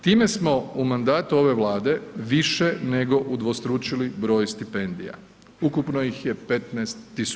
Time smo u mandatu ove Vlade više nego udvostručili broj stipendija, ukupno ih je 15 000.